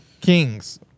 Kings